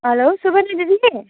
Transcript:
hello Suvarna दिदी